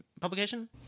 publication